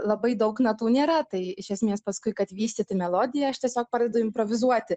labai daug natų nėra tai iš esmės paskui kad vystyti melodiją aš tiesiog pradedu improvizuoti